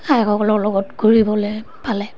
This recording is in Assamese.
আইসকলৰ লগত ঘূৰিবলৈ পালে